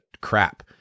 crap